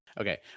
Okay